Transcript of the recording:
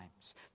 times